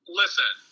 listen